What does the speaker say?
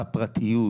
הפרטיות,